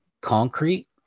concrete